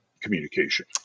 communication